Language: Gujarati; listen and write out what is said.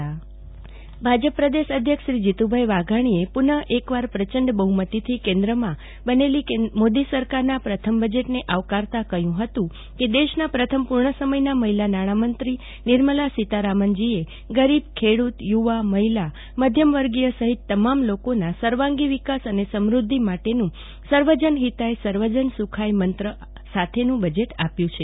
જાગતિ વકીલ બજેટ ભાજપ પ્રદેશ અધ્યક્ષ જીત્રભાઈ વાઘાણીએ પુનઃ એકવાર પ્રચંડ બહુમતીથી કેન્દ્રમાં બનેલી મોદી સરકાર ના પથમ બજેટને આવકારતા કહયું હતું ક દેશના પથમ પર્ણસમયના મહિલા નાણાંમંત્રો નિર્મલા સિતારામનજીઅ ગરીબ ખેડુત યુવા મહિલા મધ્યમવગોય સહિત તમામ લોકોના સર્વાંગી વિકાસ અને સમૃધ્ધિ માટન સવજનહિતાય સર્વજન સખાય મંત્ર સાથેન બજેટ આપ્ય છે